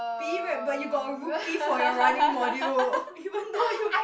P_E rep but you got a rookie for your running module even though you